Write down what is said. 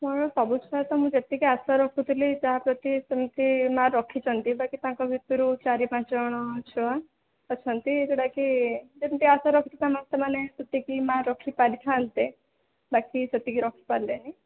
ମୋର ସବୁ ଛୁଆ ତ ମୁଁ ଯେତିକି ଆଶା ରଖିଥିଲି ଯାହା ପ୍ରତି ସେମିତି ମାର୍କ୍ ରଖିଛନ୍ତି ବାକି ତାଙ୍କ ଭିତରୁ ଚାରି ପାଞ୍ଚ ଜଣ ଛୁଆ ଅଛନ୍ତି ଯେଉଁଟାକି ଯେମିତି ଆଶା ରଖିଥିଲି ସମସ୍ତେ ମାନେ ସେତିକି ମାର୍କ୍ ରଖିପାରିଥାନ୍ତେ ବାକି ସେତିକି ରଖିପାରିଲେନି